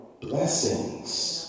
blessings